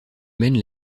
mène